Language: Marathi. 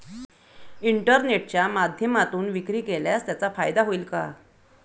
इंटरनेटच्या माध्यमातून विक्री केल्यास त्याचा फायदा होईल का?